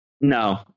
No